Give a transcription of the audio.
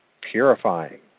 purifying